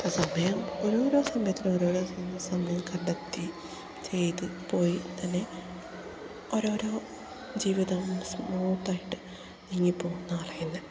ഇപ്പം സമയം ഓരോരോ സമയത്തിനോരോരോ സമ സമയം കണ്ടെത്തി ചെയ്തു പോയി തന്നെ ഓരോരോ ജീവിതം സ്മൂത്തായിട്ട് ഇനി പോകും നാളെയെല്ലാം